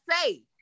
say